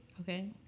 Okay